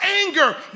anger